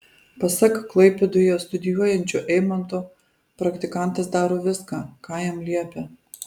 pasak klaipėdoje studijuojančio eimanto praktikantas daro viską ką jam liepia